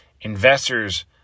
investors